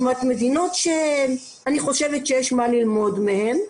מדינות שאני חושבת שיש מה ללמוד מהן.